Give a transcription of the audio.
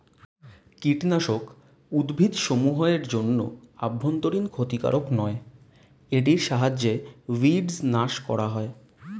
কীটনাশক উদ্ভিদসমূহ এর জন্য অভ্যন্তরীন ক্ষতিকারক নয় এটির সাহায্যে উইড্স নাস করা হয়